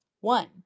One